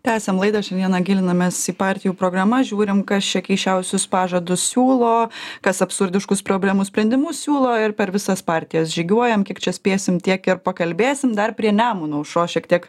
tęsiam laidą šiandieną gilinamės į partijų programas žiūrim kas čia keisčiausius pažadus siūlo kas absurdiškus problemų sprendimus siūlo ir per visas partijas žygiuojam kiek čia spėsim tiek ir pakalbėsim dar prie nemuno aušros šiek tiek